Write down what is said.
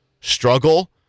struggle